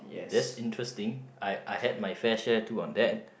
that's interesting I I had my fair share too on that